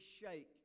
shake